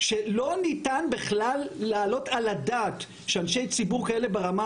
שלא ניתן בכלל להעלות על הדעת שאנשי ציבור כאלה ברמה